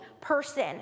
person